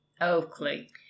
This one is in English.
Oakley